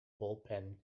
bullpen